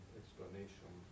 explanation